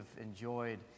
enjoyed